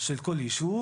של כל יישוב,